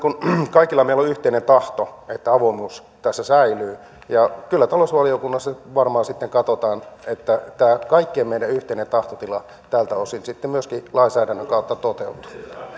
kaikilla meillä on yhteinen tahto että avoimuus tässä säilyy kyllä talousvaliokunnassa varmaan sitten katsotaan että meidän kaikkien yhteinen tahtotila tältä osin myöskin lainsäädännön kautta toteutuu